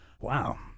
wow